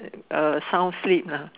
uh sound sleep lah